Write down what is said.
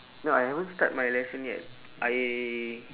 no I haven't start my lesson yet I